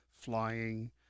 flying